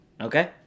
Okay